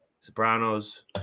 Sopranos